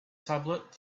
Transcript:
tablet